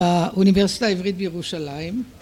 ‫באוניברסיטה העברית בירושלים.